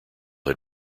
had